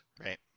Right